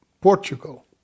Portugal